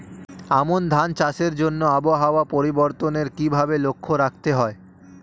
আমন ধান চাষের জন্য আবহাওয়া পরিবর্তনের কিভাবে লক্ষ্য রাখতে হয়?